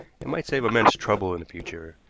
and might save immense trouble in the future.